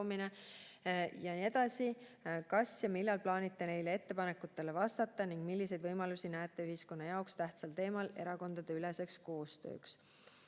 jne. Kas ja millal plaanite neile ettepanekutele vastata ning milliseid võimalusi näete ühiskonna jaoks tähtsal teemal erakondadeüleseks koostööks?"